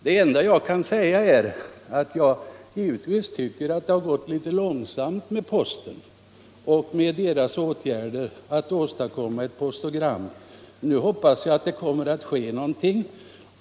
Det enda jag nu kan säga är att jag tycker att det har gått litet långsamt med postens åtgärder att åstadkomma ett postogram. Men nu hoppas jag att det kommer att hända någonting.